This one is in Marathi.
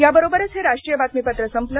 या बरोबरच हे राष्ट्रीय बातमीपत्र संपलं